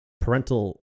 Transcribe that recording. parental